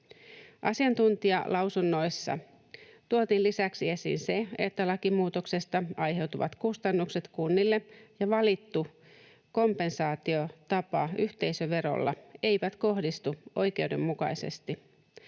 Asiantuntijalausunnoissa tuotiin lisäksi esiin se, että lakimuutoksesta aiheutuvat kustannukset kunnille ja valittu kompensaatiotapa yhteisöverolla eivät kohdistu oikeudenmukaisesti.